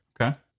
Okay